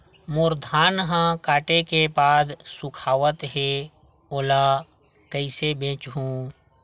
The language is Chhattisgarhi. मोर धान ह काटे के बाद सुखावत हे ओला कइसे बेचहु?